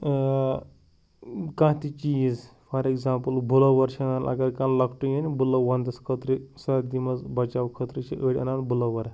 ٲں کانٛہہ تہِ چیٖز فار ایٚگزامپٕل بُلووَر چھِ اَنان اگر کانٛہہ لوٚکٹے اَنہِ بُلو وَنٛدَس خٲطرٕ سردی منٛز بَچاو خٲطرٕ چھِ أڑۍ اَنان بُلووَر